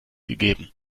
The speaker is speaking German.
gegeben